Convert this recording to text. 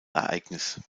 ereignis